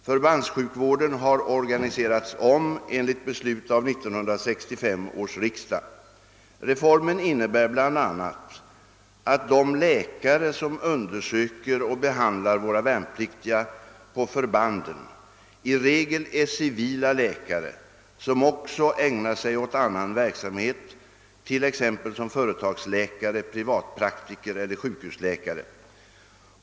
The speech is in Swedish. Förbandssjukvården har organiserats om enligt beslut av 1965 års riksdag. Reformen innebär bl.a. att de läkare som undersöker och behandlar våra värnpliktiga på förbanden i regel är civila läkare som också ägnar sig åt annan verksamhet, t.ex. som företagsläkare, privatpraktiker eller sjukhusläkare.